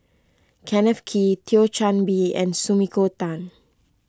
Kenneth Kee Thio Chan Bee and Sumiko Tan